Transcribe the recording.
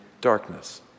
darkness